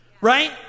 Right